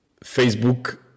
Facebook